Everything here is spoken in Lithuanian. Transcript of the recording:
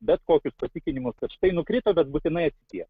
bet kokius patikinimus kad štai nukrito bet būtinai atsities